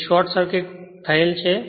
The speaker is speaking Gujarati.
તે શોર્ટ થયેલ છે